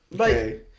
Okay